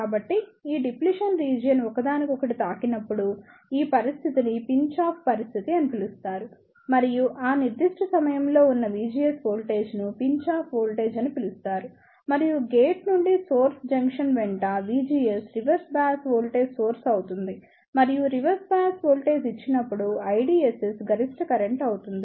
కాబట్టి ఈ depletion region ఒకదానికొకటి తాకినప్పుడు ఈ పరిస్థితిని పిన్చ్ ఆఫ్ పరిస్థితి అని పిలుస్తారు మరియు ఆ నిర్దిష్ట సమయంలో ఉన్న VGS వోల్టేజ్ ను పిన్చ్ ఆఫ్ వోల్టేజ్ అని పిలుస్తారు మరియు గేట్ నుండి సోర్స్ జంక్షన్ వెంట VGS reverse bias voltage source అవుతుంది మరియు రివర్స్ బయాస్ వోల్టేజ్ ఇచ్చినప్పుడు IDSS గరిష్ట కరెంట్ అవుతుంది